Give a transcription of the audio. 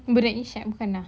tiba dengan irsyad bukan ah